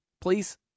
Please